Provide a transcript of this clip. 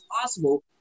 possible